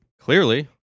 Clearly